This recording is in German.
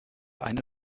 eine